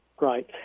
Right